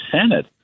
Senate